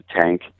tank